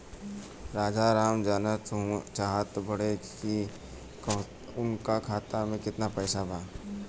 राजाराम जानल चाहत बड़े की उनका खाता में कितना पैसा बा?